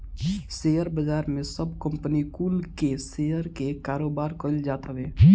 share बाजार में सब कंपनी कुल के शेयर के कारोबार कईल जात हवे